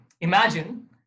Imagine